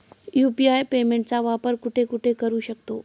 UPI पेमेंटचा वापर कुठे कुठे करू शकतो?